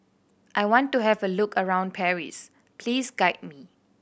I want to have a look around Paris please guide me